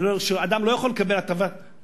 אדם לא יכול לקבל ריבית